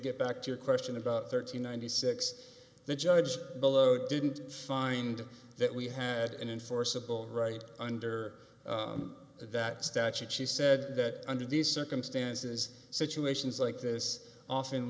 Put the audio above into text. get back to your question about thirteen ninety six the judge below didn't find that we had and in forcible right under that statute she said that under these circumstances situations like this often